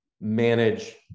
manage